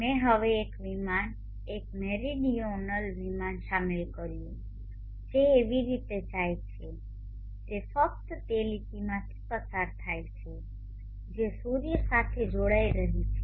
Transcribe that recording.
મેં હવે એક વિમાન એક મેરીડીયોનલ વિમાન શામેલ કર્યું છે જે એવી રીતે જાય છે કે તે ફક્ત તે લીટીમાંથી પસાર થાય છે જે સૂર્ય સાથે જોડાઈ રહી છે